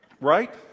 right